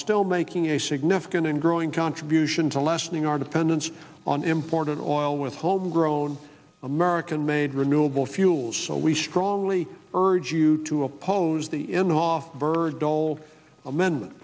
still making a significant and growing contribution to lessening our dependence on imported oil with home grown american made renewable fuels so we strongly urge you to oppose the in the off bird dole amendment